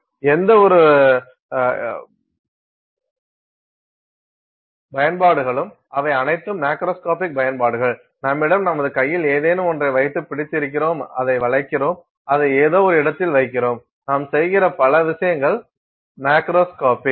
எந்தவொரு பயன்பாடுகளும் அவை அனைத்தும் மேக்ரோஸ்கோபிக் பயன்பாடுகள் நம்மிடம் நமது கையில் ஏதேனும் ஒன்றை வைத்து பிடித்திருக்கிறோம் அதை வளைக்கிறோம் அதை ஏதோ ஒரு இடத்தில் வைக்கிறோம் நாம் செய்கிற பல விஷயங்கள் மேக்ரோஸ்கோபிக்